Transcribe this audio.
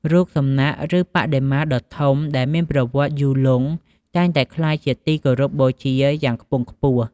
រូបសំណាក ឬបដិមាដ៏ធំ ដែលមានប្រវត្តិយូរលង់ តែងតែក្លាយជាទីគោរពបូជាយ៉ាងខ្ពង់ខ្ពស់។